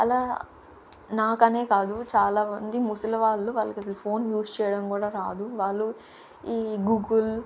అలా నాకనే కాదు చాలామంది ముసలి వాళ్ళు వాళ్ళకస్సలు ఫోన్ యూస్ చేయడం కూడా రాదు వాళ్ళు ఈ గూగుల్